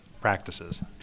practices